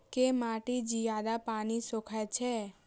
केँ माटि जियादा पानि सोखय छै?